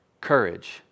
courage